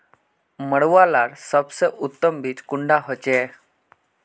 मरुआ लार सबसे उत्तम बीज कुंडा होचए?